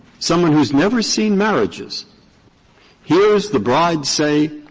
someone who has never seen marriages hears the bride say,